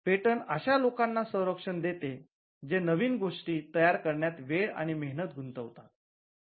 patent अशा लोकांना संरंक्षण देते जे नवीन गोष्टी तयार करण्यात वेळ आणि मेहनत गुंतवतात